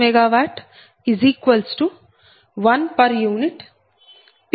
0 p